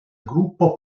gruppo